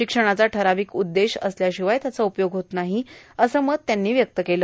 शिक्षणाचा ठराावक उद्देश असल्यार्शिवाय त्याचा उपयोग होत नाहो असं मत त्यांनी व्यक्त केलं